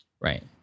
right